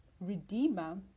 redeemer